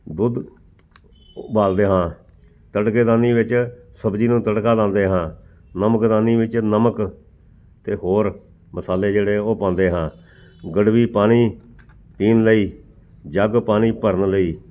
ਦੁੱਧ ਉਬਾਲਦੇ ਹਾਂ ਤੜਕੇ ਦਾਨੀ ਵਿੱਚ ਸਬਜ਼ੀ ਨੂੰ ਤੜਕਾ ਲਗਾਉਂਦੇ ਹਾਂ ਨਮਕਦਾਨੀ ਵਿੱਚ ਨਮਕ ਅਤੇ ਹੋਰ ਮਸਾਲੇ ਜਿਹੜੇ ਉਹ ਪਾਉਂਦੇ ਹਾਂ ਗੜਬੀ ਪਾਣੀ ਪੀਣ ਲਈ ਜੱਗ ਪਾਣੀ ਭਰਨ ਲਈ